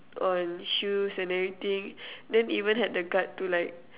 on shoes and everything then even had the gut to like